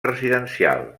residencial